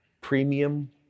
premium